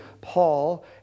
Paul